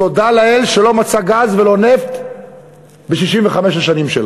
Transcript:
תודה לאל שלא מצאה גז ולא נפט ב-65 השנים שלה.